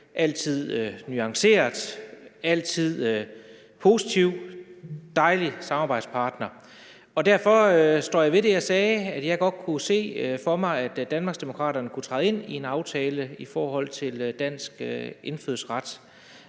altid nuanceret, altid positiv, en dejlig samarbejdspartner. Derfor står jeg ved det, jeg sagde, om, at jeg godt kunne se, at Danmarksdemokraterne kunne træde ind i en aftale i forhold til dansk indfødsret.